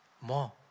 more